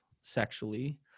sexually